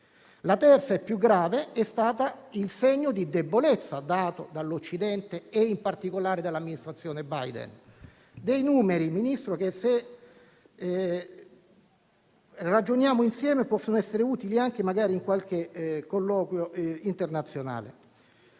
Il terzo motivo più grave è stato il segno di debolezza dell'Occidente e, in particolare, dell'amministrazione Biden. Parliamo di numeri, Ministro, che, se ragioniamo insieme, possono essere utili, magari, anche in qualche colloquio internazionale.